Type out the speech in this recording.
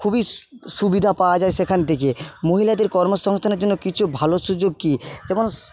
খুবই সুবিধা পাওয়া যায় সেখান থেকে মহিলাদের কর্মসংস্থানের জন্য কিছু ভালো সুযোগ কি যেমন